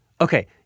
Okay